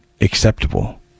acceptable